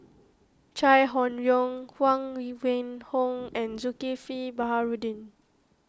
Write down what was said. Chai Hon Yoong Huang Wenhong and Zulkifli Baharudin